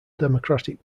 democratic